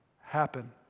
happen